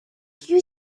you